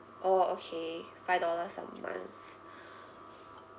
orh okay five dollars a month